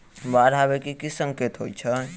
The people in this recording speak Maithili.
बाढ़ आबै केँ की संकेत होइ छै?